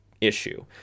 issue